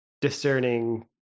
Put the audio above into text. discerning